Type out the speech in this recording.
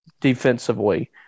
defensively